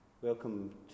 Welcome